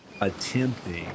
attempting